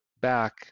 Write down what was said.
back